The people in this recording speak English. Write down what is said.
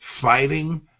fighting